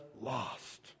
lost